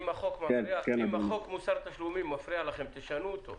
אם חוק מוסר התשלומים מפריע לכם, תשנו אותו.